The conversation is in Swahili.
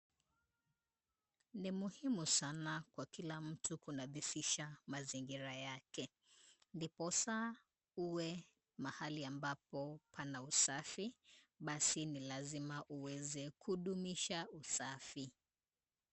Ni muhimu sana kwa kila mtu kunadhifisha mazingira yake. Ndiposa uwe mahali ambapo pana usafi, basi ni lazima uweze kudumisha usafi.